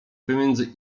pomiędzy